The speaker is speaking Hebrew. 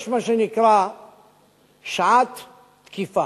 יש מה שנקרא "שעת תקיפה",